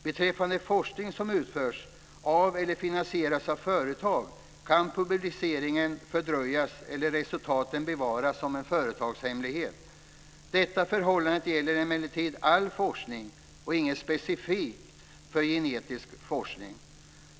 Beträffande forskning som utförs av eller finansieras av företag kan publiceringen fördröjas eller resultaten bevaras som företagshemlighet. Detta förhållande gäller emellertid all forskning och är inget specifikt för genteknisk forskning.